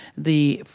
the.